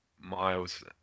miles